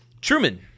Truman